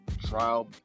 trial